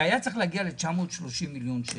הסכום היה צריך להגיע ל-930 מיליון שקל.